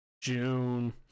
June